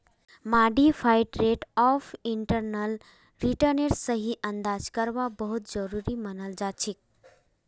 modified rate of internal रिटर्नेर सही अंदाजा करवा बहुत जरूरी मनाल जाछेक